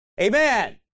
Amen